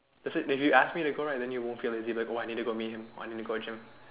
it is maybe you ask me to go right then you won't feel lazy like oh I need to meet him I need to go gym